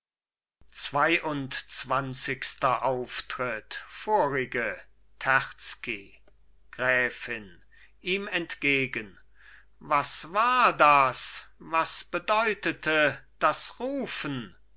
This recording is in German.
zweiundzwanzigster auftritt vorige terzky gräfin ihm entgegen was war das was bedeutete das rufen